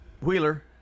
Wheeler